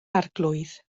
arglwydd